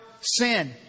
sin